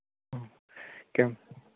ꯑꯣ ꯀꯌꯥꯝ